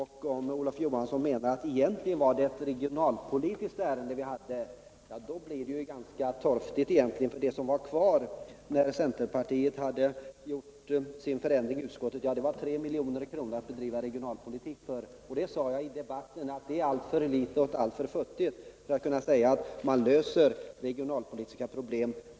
Om Olof Johansson menar att det egentligen var ett regionalpolitiskt ärende som vi då behandlade ter det sig ganska torftigt. Det som var kvar när centerpartiet hade gjort sin förändring i utskottet var nämligen 3 milj.kr. att bedriva regionalpolitik för. Jag sade i debatten då att det är ett alltför futtigt belopp för att man skall kunna säga att man med hjälp av det löser regionalpolitiska problem.